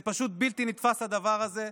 זה פשוט בלתי נתפס, הדבר הזה,